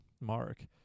mark